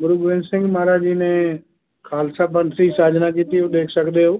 ਗੁਰੂ ਗੋਬਿੰਦ ਸਿੰਘ ਮਹਾਰਾਜ ਜੀ ਨੇ ਖਾਲਸਾ ਪੰਥ ਦੀ ਸਾਜਨਾ ਕੀਤੀ ਉਹ ਦੇਖ ਸਕਦੇ ਹੋ